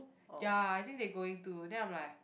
ya I think they going to then I'm like